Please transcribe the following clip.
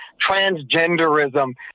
transgenderism